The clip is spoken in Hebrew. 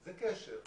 זה קשר,